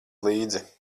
līdzi